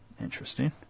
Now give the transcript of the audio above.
Interesting